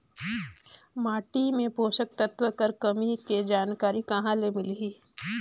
माटी मे पोषक तत्व कर कमी के जानकारी कहां ले मिलही?